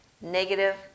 negative